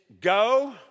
go